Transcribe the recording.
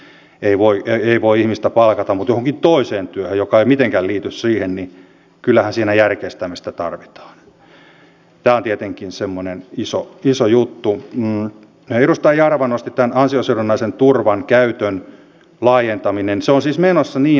on selvä että siihen optimaalitilanteeseen me emme koskaan pääse että heitä ei olisi laisinkaan mutta tavoitteen täytyy olla se että heitä olisi mahdollisimman vähän ja siihen tarvitaan monenlaisia toimenpiteitä kannustinloukkujen purkamista ja sitä että työn vastaanottaminen on myöskin aina kannattavaa